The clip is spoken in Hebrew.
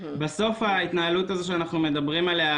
בסוף ההתנהלות הזאת שאנחנו מדברים עליה,